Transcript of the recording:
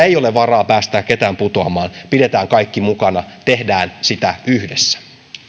ei ole varaa päästää ketään putoamaan pidetään kaikki mukana tehdään sitä yhdessä